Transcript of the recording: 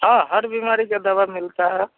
हाँ हर बीमारी की दवा मिलती है